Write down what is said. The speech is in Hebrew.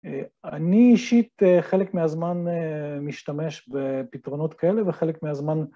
אני אישית חלק מהזמן משתמש בפתרונות כאלה וחלק מהזמן...